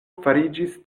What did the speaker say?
fariĝis